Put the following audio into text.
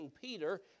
Peter